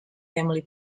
family